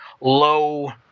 low